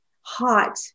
hot